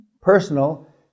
personal